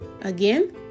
Again